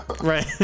right